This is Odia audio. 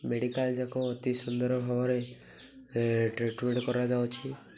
ମେଡ଼ିକାଲ୍ ଯାକ ଅତି ସୁନ୍ଦର ଭାବରେ ଟ୍ରିଟମେଣ୍ଟ କରାଯାଉଛି